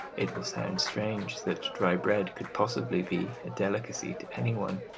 it will sound strange that dry bread could possibly be a delicacy to any one.